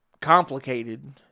complicated